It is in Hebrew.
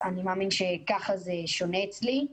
אני מאמין שככה זה שונה אצלי.